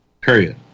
period